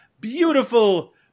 beautiful